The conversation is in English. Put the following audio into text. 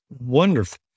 wonderful